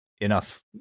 enough